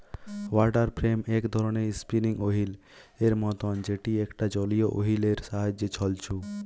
water frame এক ধরণের spinning wheel এর মতন যেটি একটা জলীয় ওহীল এর সাহায্যে ছলছু